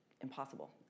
impossible